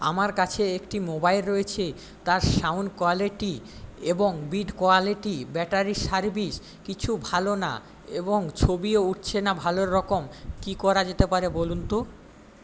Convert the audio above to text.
আমার কাছে একটি মোবাইল রয়েছে তার সাউন্ড কোয়ালিটি এবং বিল্ড কোয়ালিটি ব্যাটারি সার্ভিস কিছু ভালো না এবং ছবিও উঠছে না ভালোরকম কি করা যেতে পারে বলুন তো